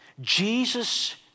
Jesus